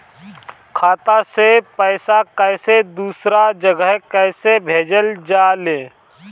खाता से पैसा कैसे दूसरा जगह कैसे भेजल जा ले?